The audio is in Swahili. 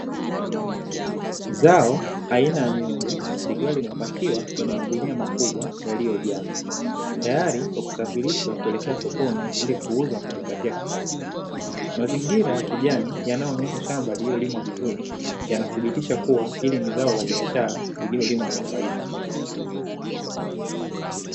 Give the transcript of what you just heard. Zao aina ya mihogo likiwa limepakiwa kwenye magunia makubwa yaliyojaa, tayari kwa kusafirishwa kuelekea sokoni ili kuuzwa na kujipatia kipato. Mazingira ya kijani yanayoonyesha shamba liliolimwa vizuri yanathibitisha kuwa hili ni zao la biashara liliolimwa kwa faida.